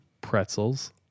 pretzels